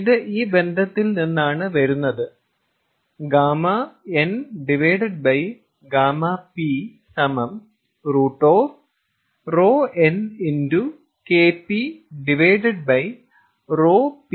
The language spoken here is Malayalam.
ഇത് ഈ ബന്ധത്തിൽ നിന്നാണ് വരുന്നത് 𝛾N𝛾P √ρN KP ρP KN